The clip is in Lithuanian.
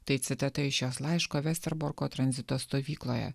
tai citata iš jos laiško vesterborko tranzito stovykloje